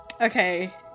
Okay